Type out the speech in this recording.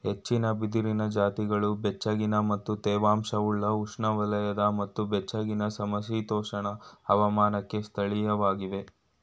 ಹೆಚ್ಚಿನ ಬಿದಿರಿನ ಜಾತಿಗಳು ಬೆಚ್ಚಗಿನ ಮತ್ತು ತೇವಾಂಶವುಳ್ಳ ಉಷ್ಣವಲಯದ ಮತ್ತು ಬೆಚ್ಚಗಿನ ಸಮಶೀತೋಷ್ಣ ಹವಾಮಾನಕ್ಕೆ ಸ್ಥಳೀಯವಾಗಿವೆ